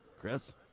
Chris